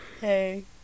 Hey